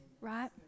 right